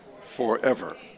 forever